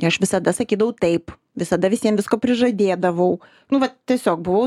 aš visada sakydavau taip visada visiem visko prižadėdavau nu va tiesiog buvau